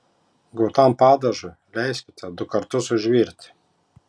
gautam padažui leiskite du kartus užvirti